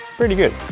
pretty good!